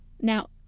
Now